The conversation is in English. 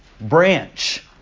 branch